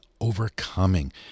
overcoming